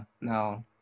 no